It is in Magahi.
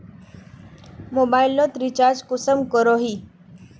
मोबाईल लोत रिचार्ज कुंसम करोही?